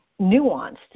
nuanced